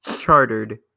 chartered